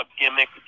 gimmick